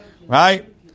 Right